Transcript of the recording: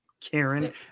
Karen